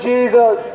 Jesus